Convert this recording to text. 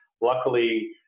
luckily